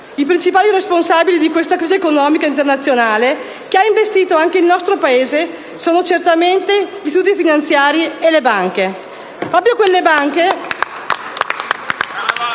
I principali responsabili di questa crisi economica internazionale, che ha investito anche il nostro Paese, sono certamente gli istituti finanziari e le banche.